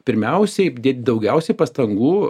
pirmiausiai dėt daugiausiai pastangų